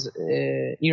Iran